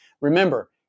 Remember